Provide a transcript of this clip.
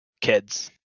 kids